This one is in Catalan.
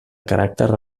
caràcter